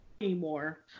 anymore